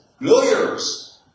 lawyers